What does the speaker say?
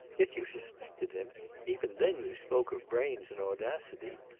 yet you suspected him even then you spoke of brains and audacity.